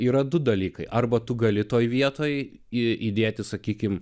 yra du dalykai arba tu gali toje vietoj įdėti sakykime